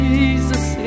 Jesus